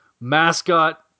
mascot